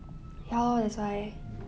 ya lor that's why